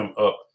up